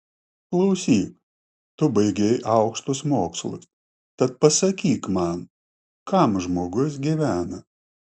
klausyk tu baigei aukštus mokslus tad pasakyk man kam žmogus gyvena